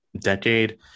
decade